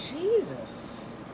Jesus